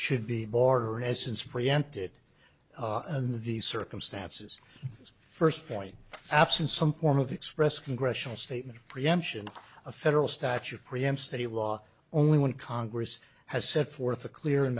should be border in essence preempted and the circumstances first point absent some form of express congressional statement preemption a federal statute preempt study law only when congress has set forth a clear and